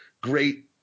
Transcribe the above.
great